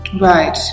Right